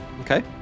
Okay